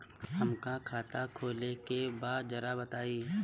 हमका खाता खोले के बा जरा बताई?